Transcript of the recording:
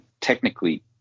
technically